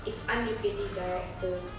if I'm the creative director